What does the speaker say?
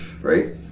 Right